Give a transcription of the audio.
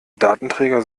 datenträger